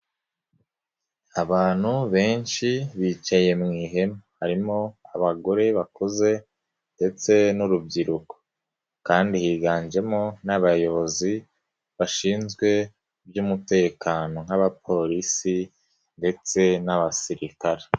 Abantu benshi bicaye mu ihema harimo abagore bakuze ndetse n'urubyiruko kandi higanjemo n'abayobozi bashinzwe iby'umutekano nk'abapolisi ndetse n'abasirikare.